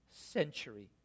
century